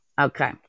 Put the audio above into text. Okay